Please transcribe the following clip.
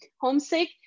homesick